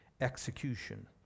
execution